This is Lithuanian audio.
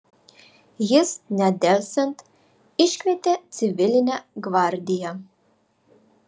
jis nedelsiant iškvietė civilinę gvardiją